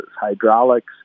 Hydraulics